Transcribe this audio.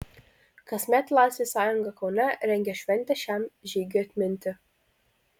kasmet laisvės sąjunga kaune rengia šventę šiam žygiui atminti